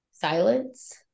silence